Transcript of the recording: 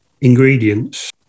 ingredients